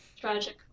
Tragic